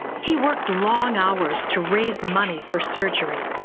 he worked long hours to raise money for surgery.